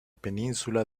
península